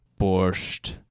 Borscht